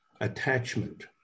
attachment